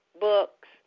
books